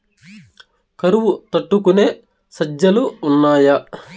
కరువు తట్టుకునే సజ్జలు ఉన్నాయా